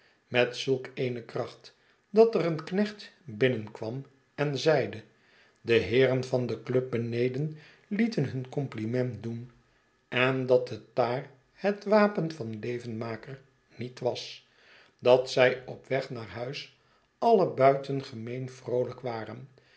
met zuik eene kracht dat er een knecht bmnenkwam en zeide u de heeren van de club beneden lieten nun compliment doen en dat het daarhet wapen van levenmaker niet was dat zij op weg naar huis alien buitengemeen vroolijk waren